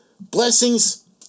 Blessings